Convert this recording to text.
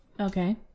Okay